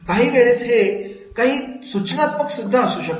काही वेळेस हे काही ते सूचनात्मक सुद्धा असू शकते